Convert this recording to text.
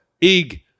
Ig